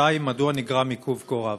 2. מדוע נגרם עיכוב כה רב?